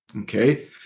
okay